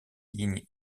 lignes